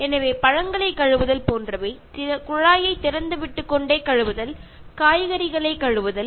எனவே பழங்களை கழுவுதல் போன்றவை குழாயை திறந்து விட்டுக் கொண்டே கழுவுதல் காய்கறிகளை கழுவுதல்